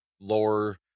lower